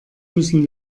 müssen